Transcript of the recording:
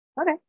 okay